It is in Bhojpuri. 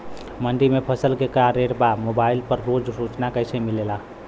मंडी में फसल के का रेट बा मोबाइल पर रोज सूचना कैसे मिलेला?